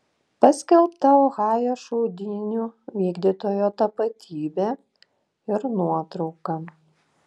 paskelbta ohajo šaudynių vykdytojo tapatybė ir nuotrauka